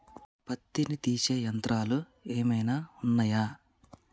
పత్తిని తీసే యంత్రాలు ఏమైనా ఉన్నయా?